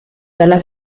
dalla